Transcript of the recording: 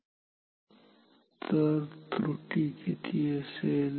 त्यामुळे आता त्रुटी किती असेल